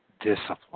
discipline